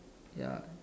ya